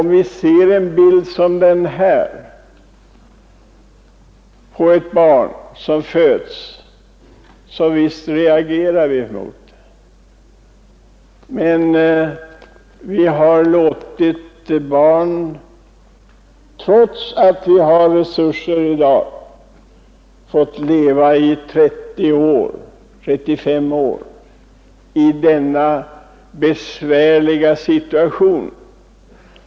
Om vi ser en bild som den jag nu visar upp av ett barn, så reagerar vi naturligtvis. Men trots att vi i dag har resurser har vi låtit människor få leva 30—35 år i denna besvärliga situation.